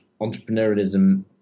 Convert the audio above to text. entrepreneurialism